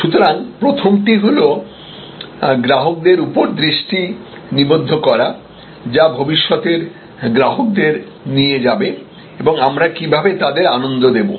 সুতরাং প্রথমটি হল বর্তমান গ্রাহকদের উপর দৃষ্টি নিবদ্ধ করা যা ভবিষ্যতের গ্রাহকদের নিয়ে যাবে এবং আমরা কীভাবে তাদের আনন্দ দেব